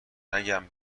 نگم